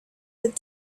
that